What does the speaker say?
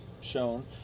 shown